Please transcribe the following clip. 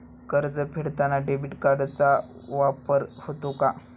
कर्ज फेडताना डेबिट कार्डचा वापर होतो का?